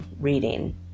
reading